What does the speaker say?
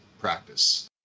practice